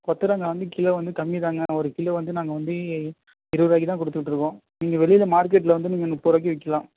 கொத்தவரங்காய் வந்து கிலோ வந்து கம்மி தாங்க ஒரு கிலோ வந்து நாங்கள் வந்து இருபது ரூபாய்க்கு தான் கொடுத்துகிட்டு இருக்கோம் நீங்கள் வெளியில் மார்கெட்டில் வந்து நீங்கள் முப்பது ரூபாய்க்கு விற்கிலாம்